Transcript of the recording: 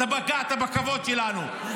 אתה פגעת בכבוד שלנו,